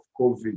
covid